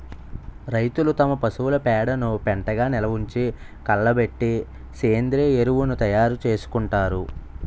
రైతులు తమ పశువుల పేడను పెంటగా నిలవుంచి, కుళ్ళబెట్టి సేంద్రీయ ఎరువును తయారు చేసుకుంటారు